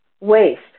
Waste